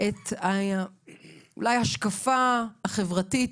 אולי את ההשקפה החברתית